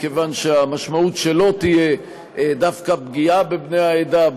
מכיוון שהמשמעות שלו תהיה דווקא פגיעה בבני העדה,